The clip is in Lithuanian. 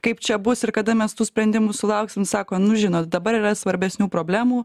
kaip čia bus ir kada mes tų sprendimų sulauksim sako nu žinot dabar yra svarbesnių problemų